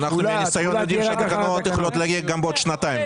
אנחנו יודעים שהתקנות יכולות להגיע גם בעוד שנתיים.